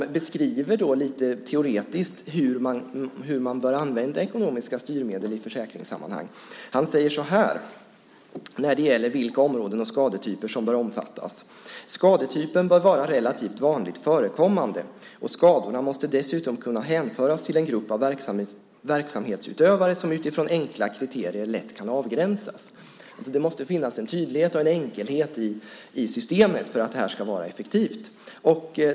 Han beskriver teoretiskt hur man bör använda ekonomiska styrmedel i försäkringssammanhang när det gäller vilka områden och skadetyper som bör omfattas: Skadetypen bör vara relativt vanligt förekommande, och skadorna måste dessutom kunna hänföras till en grupp av verksamhetsutövare som utifrån enkla kriterier lätt kan avgränsas. Det måste finnas en tydlighet och en enkelhet i systemet för att det ska vara effektivt.